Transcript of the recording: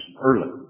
early